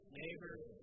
neighbors